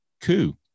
Coup